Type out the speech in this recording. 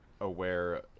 aware